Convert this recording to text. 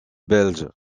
belges